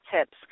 tips